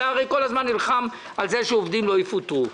אתה הרי כל הזמן נלחם על כך שעובדים לא יפוטרו.